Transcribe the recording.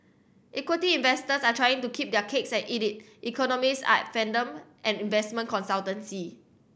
equity investors are trying to keep their cakes and eat it economists at fathom an investment consultancy